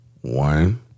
One